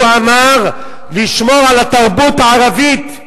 הוא אמר לשמור על התרבות הערבית,